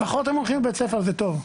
לפחות הם הולכים לבית הספר, זה טוב.